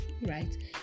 Right